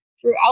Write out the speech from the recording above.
throughout